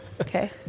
okay